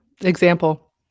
example